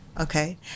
Okay